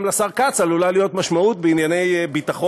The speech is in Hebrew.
גם לשר כץ עלולה להיות משמעות בענייני ביטחון,